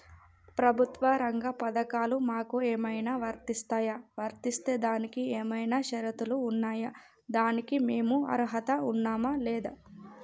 ప్రభుత్వ రంగ పథకాలు మాకు ఏమైనా వర్తిస్తాయా? వర్తిస్తే దానికి ఏమైనా షరతులు ఉన్నాయా? దానికి మేము అర్హత ఉన్నామా లేదా?